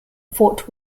fort